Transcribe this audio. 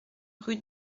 rue